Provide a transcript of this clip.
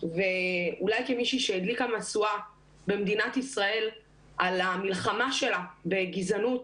ואולי כמישהי שהדליקה משואה במדינת ישראל על המלחמה שלה בגזענות